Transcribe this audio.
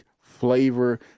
flavor